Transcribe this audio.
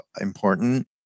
important